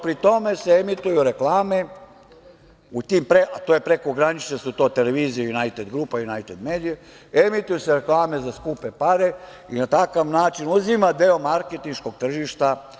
Pri tome se emituju reklame, a to su prekogranične televizije, „Junajted grupa“, „Junajted medija“, emituju se reklame za skupe pare i na takav način uzima deo marketinškog tržišta.